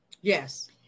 Yes